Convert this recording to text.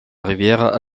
rivière